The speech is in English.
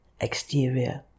exterior